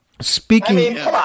Speaking